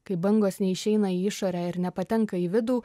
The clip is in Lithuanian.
kai bangos neišeina į išorę ir nepatenka į vidų